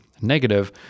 negative